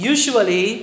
Usually